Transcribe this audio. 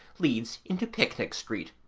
leads into picnic street,